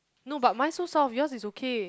no but mine so soft yours is okay